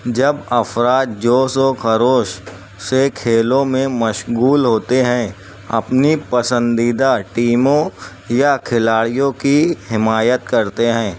جب افراد جوش و خروش سے کھیلوں میں مشغول ہوتے ہیں اپنی پسندیدہ ٹیموں یا کھلاڑیوں کی حمایت کرتے ہیں